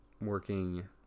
working